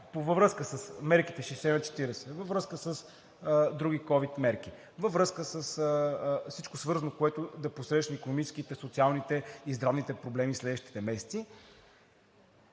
във връзка с мерките 60/40, във връзка с други ковид мерки, във връзка с всичко, което е свързано да посрещне икономическите, социалните и здравните проблеми в следващите месеци.